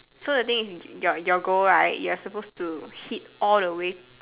so the thing is your your goal right you are suppose to hit all the way